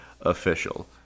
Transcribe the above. official